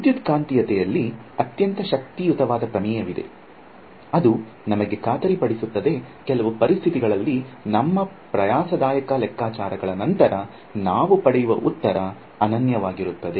ವಿದ್ಯುತ್ಕಾಂತೀಯತೆಯಲ್ಲಿ ಅತ್ಯಂತ ಶಕ್ತಿಯುತವಾದ ಪ್ರಮೇಯವಿದೆ ಅದು ನಮಗೆ ಖಾತರಿಪಡಿಸುತ್ತದೆ ಕೆಲವು ಪರಿಸ್ಥಿತಿಗಳಲ್ಲಿ ನಮ್ಮ ಪ್ರಯಾಸದಾಯಕ ಲೆಕ್ಕಾಚಾರಗಳ ನಂತರ ನಾವು ಪಡೆಯುವ ಉತ್ತರ ಅನನ್ಯವಾಗಿರುತ್ತದೆ